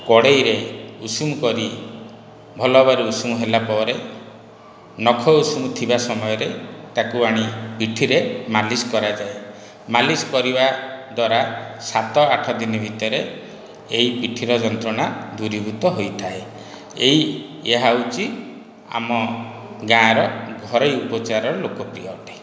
କଡ଼େଇରେ ଉଷୁମ କରି ଭଲ ଭାବରେ ଉଷୁମ ହେଲା ପରେ ନଖ ଉଷୁମ ଥିବା ସମୟରେ ତାକୁ ଆଣି ପିଠିରେ ମାଲିସ କରାଯାଏ ମାଲିସ କରିବା ଦ୍ୱାରା ସାତ ଆଠ ଦିନ ଭିତରେ ଏହି ପିଠିର ଯନ୍ତ୍ରଣା ଦୂରୀଭୂତ ହୋଇଥାଏ ଏହି ଏହା ହେଉଛି ଆମ ଗାଁର ଘରୋଇ ଉପଚାରର ଲୋକପ୍ରିୟ ଅଟେ